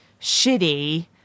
shitty